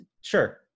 sure